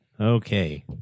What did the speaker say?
Okay